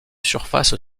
surface